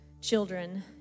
children